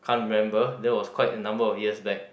can't remember that was quite a number of years back